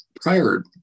prior